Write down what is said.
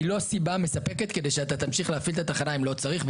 הוא לא סיבה מספקת כדי שאתה תמשיך להפעיל את התחנה אם לא צריך.